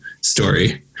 story